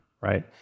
right